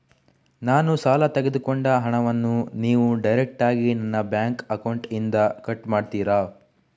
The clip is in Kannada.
ನಾನು ಸಾಲ ತೆಗೆದುಕೊಂಡ ಹಣವನ್ನು ನೀವು ಡೈರೆಕ್ಟಾಗಿ ನನ್ನ ಬ್ಯಾಂಕ್ ಅಕೌಂಟ್ ಇಂದ ಕಟ್ ಮಾಡ್ತೀರಾ?